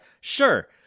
sure